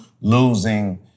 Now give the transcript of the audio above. losing